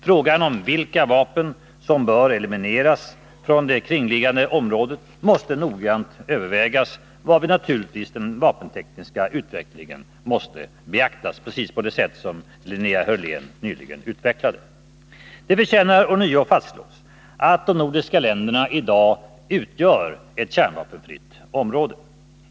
Frågan om vilka vapen som bör elimineras från det kringliggande området måste noga övervägas, varvid naturligtvis den vapentekniska utvecklingen måste beaktas — precis på det sätt som Linnea Hörlén nyss utvecklade. Det förtjänar ånyo fastslås att de nordiska länderna i dag utgör ett kärnvapenfritt område.